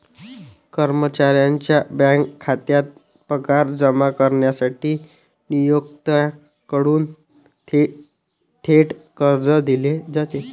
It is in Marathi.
कर्मचाऱ्याच्या बँक खात्यात पगार जमा करण्यासाठी नियोक्त्याकडून थेट कर्ज दिले जाते